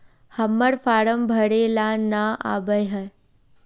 हम्मर फारम भरे ला न आबेहय?